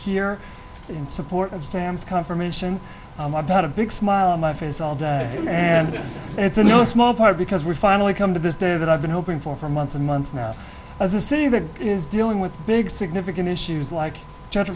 here in support of sam's confirmation about a big smile on my face all day and it's in no small part because we finally come to this day that i've been hoping for for months and months now as a city that is dealing with big significant issues like